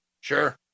sure